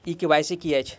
ई KYC की अछि?